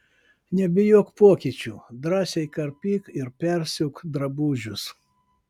nebijok pokyčių drąsiai karpyk ir persiūk drabužius